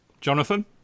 Jonathan